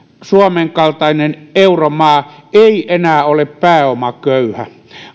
suomen kaltainen euromaa ei enää ole pääomaköyhä